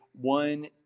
one